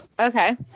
Okay